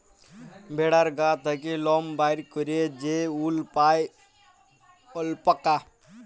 ভেড়ার গা থ্যাকে লম বাইর ক্যইরে যে উল পাই অল্পাকা